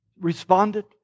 responded